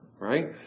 Right